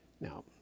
Now